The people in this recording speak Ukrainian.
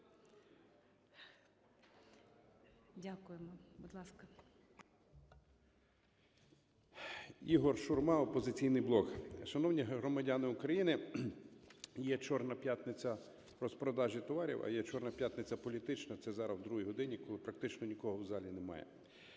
Дякуємо. Будь ласка.